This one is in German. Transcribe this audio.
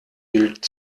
wild